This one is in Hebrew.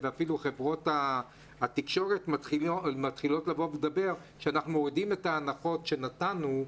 ואפילו חברות התקשורת מדברות על כך שהן מורידות את ההנחות שהן נתנו,